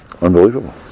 Unbelievable